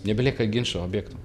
nebelieka ginčo objektų